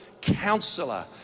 Counselor